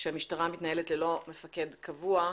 שהמשטרה מתנהלת ללא מפקד קבוע,